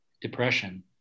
depression